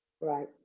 right